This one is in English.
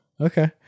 okay